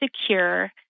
secure